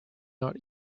not